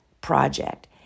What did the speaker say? project